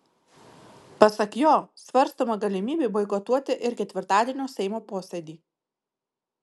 pasak jo svarstoma galimybė boikotuoti ir ketvirtadienio seimo posėdį